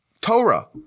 Torah